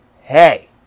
Hey